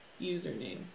username